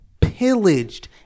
pillaged